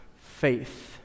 faith